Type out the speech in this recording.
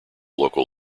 local